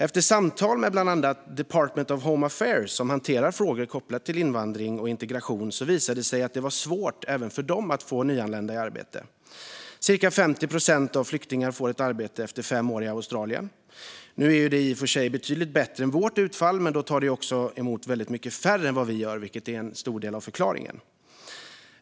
Efter samtal med bland annat Department of Home Affairs, som hanterar frågor kopplade till invandring och integration, visade det sig att det var svårt även för dem att få nyanlända i arbete. Cirka 50 procent av flyktingarna får ett arbete efter fem år i Australien. Det är i och för sig betydligt bättre än vårt utfall. Men de tar också emot betydligt färre än vad vi gör, vilket är en stor del av förklaringen.